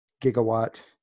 gigawatt